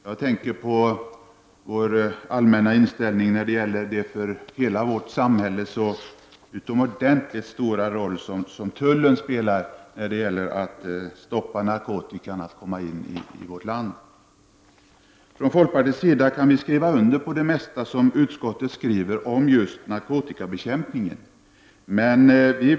Jag tänker då på vår allmänna inställning till den för hela vårt samhälle så utomordentligt stora roll som tullen spelar när det gäller att stoppa narkotikan frånatt komma in i vårt land. Från folkpartiets sida kan vi skriva under på det mesta som utskottet skriver om narkotikabekämpningen.